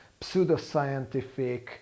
pseudoscientific